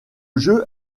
jeu